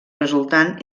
resultant